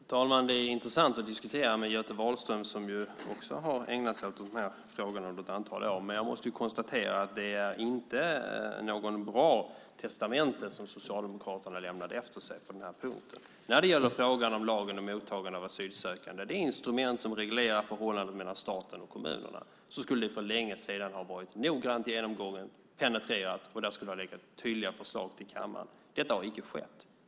Fru talman! Det är intressant att diskutera med Göte Wahlström, som ju också har ägnat sig åt de här frågorna under ett antal år. Men jag måste konstatera att det inte är något bra testamente som Socialdemokraterna lämnade efter sig på den här punkten. Vad gäller frågan om lagen om mottagande av asylsökande, det instrument som reglerar förhållandet mellan staten och kommunerna, skulle det för länge sedan ha varit noggrant genomgånget och penetrerat, och det skulle ha förelegat tydliga förslag till kammaren. Detta har inte skett.